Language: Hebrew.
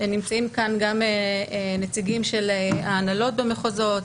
נמצאים כאן גם הנציגים של ההנהלות במחוזות,